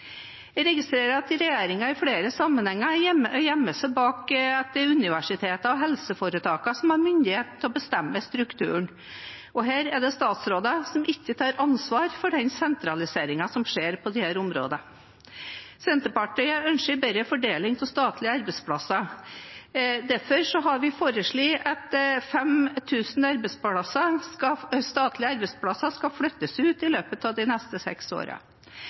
Jeg registrerer at regjeringen i flere sammenhenger gjemmer seg bak at det er universitetene og helseforetakene som har myndighet til å bestemme strukturen. Her er det statsråder som ikke tar ansvar for den sentraliseringen som skjer på disse områdene. Senterpartiet ønsker en bedre fordeling av statlige arbeidsplasser. Derfor har vi foreslått at 5 000 statlige arbeidsplasser skal flyttes ut i løpet av de neste seks